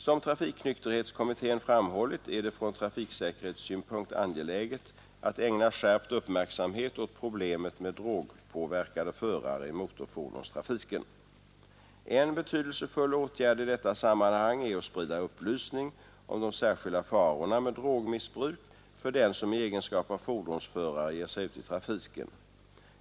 Som trafiknykterhetskommittén framhållit är det från trafiksäkerhetssynpunkt angeläget att ägna skärpt uppmärksamhet åt problemet med drogpåverkade förare i motorfordonstrafiken. En betydelsefull åtgärd i detta sammanhang är att sprida upplysning om de särskilda farorna med drogmissbruk för den som i egenskap av fordonsförare ger sig ut i trafiken.